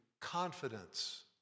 confidence